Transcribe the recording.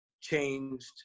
changed